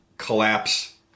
Collapse